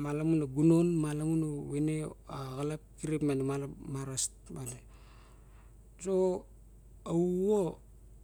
Malamun a gunan, malamun a vaine a xalap kirip ma so